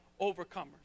overcomers